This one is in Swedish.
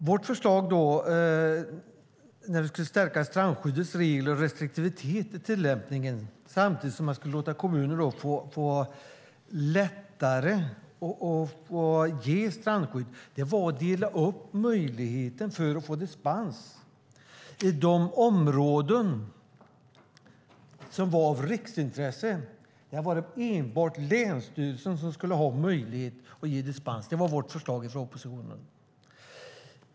Vårt förslag när vi skulle stärka strandskyddets regler och restriktiviteten i tillämpningen samtidigt som man skulle låta kommuner få lättare att ge strandskydd var att dela upp möjligheten att ge dispens. I de områden som var av riksintresse var det enbart länsstyrelsen som skulle ha möjlighet att ge dispens. Det var vårt förslag från oppositionen.